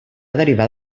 derivar